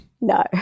no